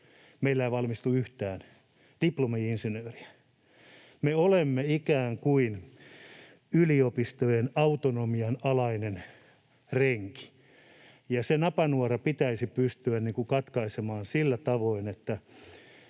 meillä ei valmistu yhtään diplomi-insinööriä, niin me olemme ikään kuin yliopistojen autonomian alainen renki, ja se napanuora pitäisi pystyä katkaisemaan sillä tavoin, että